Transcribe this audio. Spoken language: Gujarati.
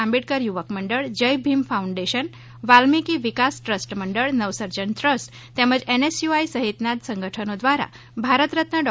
આંબેડકર યુવક મંડળ જયભીમ ફાઉન્ડેશન વાલ્મિકી વિકાસ મંડળ ટ્રસ્ટ નવસર્જન ટ્રસ્ટ તેમજ એનએસયુઆઈ સહિતના સંગઠનો દ્વારા ભારત રત્ન ડો